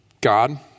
God